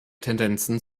tendenzen